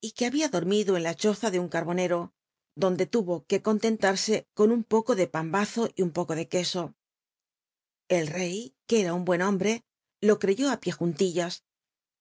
y t uc babia dormido en la choza de un carbonero donde tuvo que conlentar c con un poco de pan bazo l un poco de queso el rey que era un buen hombre lo creyó á pie juntillas